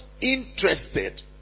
interested